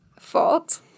fault